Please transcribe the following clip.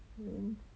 um